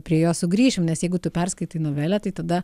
prie jo sugrįšim nes jeigu tu perskaitai novelę tai tada